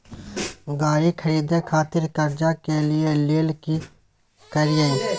गाड़ी खरीदे खातिर कर्जा लिए के लेल की करिए?